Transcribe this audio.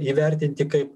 įvertinti kaip